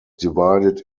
divided